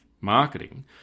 marketing